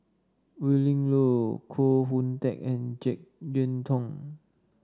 Willin Low Koh Hoon Teck and JeK Yeun Thong